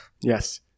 Yes